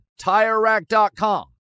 TireRack.com